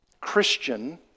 Christian